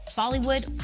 bollywood,